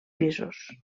pisos